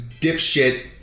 dipshit